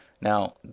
Now